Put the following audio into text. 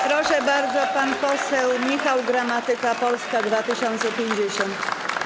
Proszę bardzo, pan poseł Michał Gramatyka, Polska 2050.